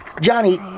Johnny